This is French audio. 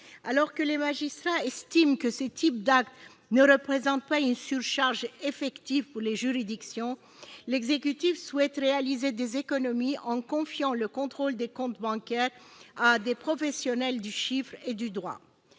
Alors que les magistrats estiment que ce type d'actes ne représente pas une surcharge effective pour les juridictions, l'exécutif souhaite réaliser des économies en confiant le contrôle des comptes bancaires à des professionnels du chiffre et du droit.